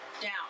down